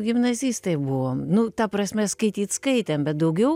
gimnazistai buvom nu ta prasme skaityt skaitėm bet daugiau